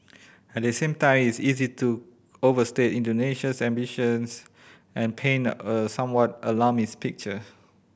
at the same time is easy to overstate Indonesia's ambitions and painted a somewhat alarmist picture